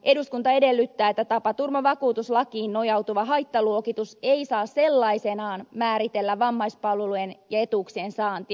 eduskunta edellyttää että tapaturmavakuutuslakiin nojautuva haittaluokitus ei saa sellaisenaan määritellä vammaispalvelujen ja etuuksien saantia